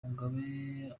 mugabe